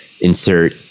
insert